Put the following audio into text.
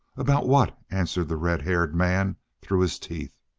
about what? answered the red-haired man through his teeth.